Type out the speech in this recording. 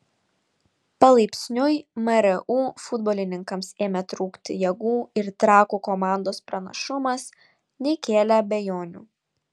palaipsniui mru futbolininkams ėmė trukti jėgų ir trakų komandos pranašumas nekėlė abejonių